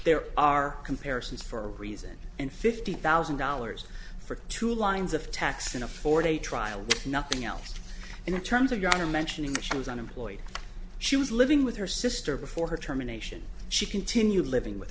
there are comparisons for a reason and fifty thousand dollars for two lines of tax in a four day trial nothing else in terms of your mentioning that she was unemployed she was living with her sister before her terminations she continued living with